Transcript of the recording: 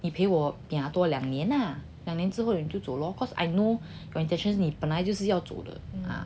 你陪我 gia 多两年 lah 两年之后你就走 lor cause I know your intention 你本来就是要走的 ah